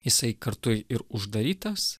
jisai kartu ir uždarytas